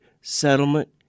settlement